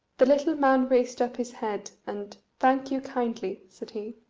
the little man raised up his head, and thank you kindly, said he.